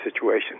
situation